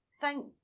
Thank